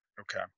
okay